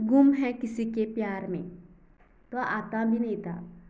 गुम है किसी के प्यार में तो आतां बीन येता